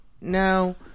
no